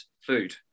food